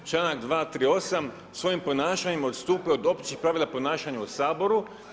Članak 238. svojim ponašanjem odstupa od općih pravila ponašanja u Saboru.